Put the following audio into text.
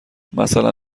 مثلا